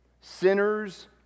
Sinners